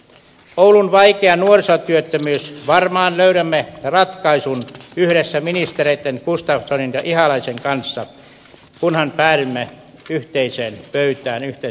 oulun vaikeaan nuorisotyöttömyyteen varmaan löydämme ratkaisun yhdessä ministereitten gustafsson ja ihalainen kanssa kunhan päädymme yhteiseen pöytään yhteiselle asialle